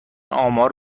آمار